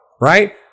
right